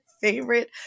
favorite